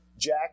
Jack